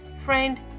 Friend